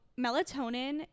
melatonin